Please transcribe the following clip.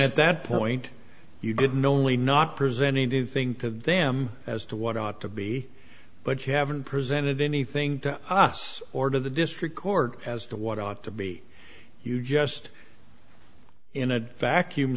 at that point you did no only not presenting to think of them as to what ought to be but you haven't presented anything to us or to the district court as to what ought to be you just in a vacuum